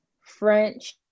French